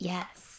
Yes